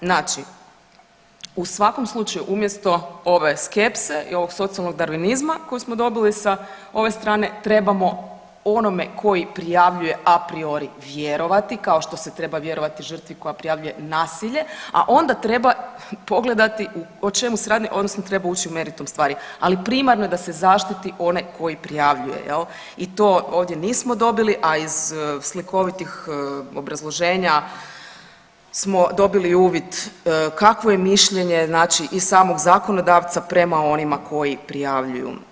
Znači u svakom slučaju umjesto ove skepse i ovog socijalnog darvinizma koji smo dobili sa ove strane trebamo onome koji prijavljuje apriori vjerovati kao što se treba vjerovati žrtvi koja prijavljuje nasilje, a onda treba pogledati o čemu se radi odnosno treba ući u meritum stvari, ali primarno je da se zaštiti onaj koji prijavljuje jel i to ovdje nismo dobili, a iz slikovitih obrazloženja smo dobili uvid kakvo je mišljenje znači i samog zakonodavca prema onima koji prijavljuju.